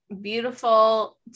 beautiful